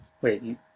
Wait